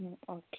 okay